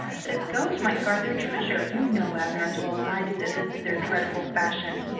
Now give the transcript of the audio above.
that his ghost might guard their treasure. you know, abner, as well as i do, that this is their dreadful fashion!